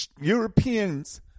europeans